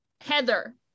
Heather